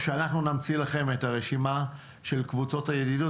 נמציא לכם את הרשימה של קבוצות הידידות